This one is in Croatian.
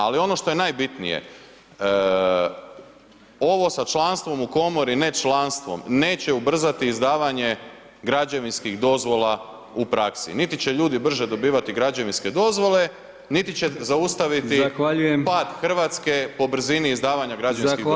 Ali ono što je najbitnije, ovo sa članstvom u komori, ne članstvom, neće ubrzati izdavanje građevinskih dozvola u praksi niti će ljudi brže dobivati građevinske dozvole niti će zaustaviti pad Hrvatske po brzini izdavanja građevinskih dozvola.